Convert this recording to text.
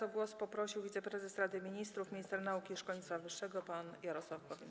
O głos poprosił wiceprezes Rady Ministrów minister nauki i szkolnictwa wyższego pan Jarosław Gowin.